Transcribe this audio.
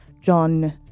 John